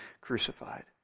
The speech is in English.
crucified